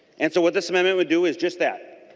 and so what this amendment would do is just that.